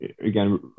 again